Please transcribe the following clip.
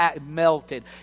melted